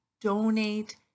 donate